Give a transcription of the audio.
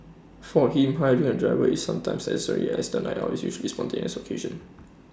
for him hiring A driver is sometimes necessary as A night out is usually A spontaneous occasion